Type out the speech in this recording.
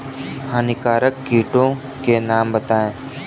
हानिकारक कीटों के नाम बताएँ?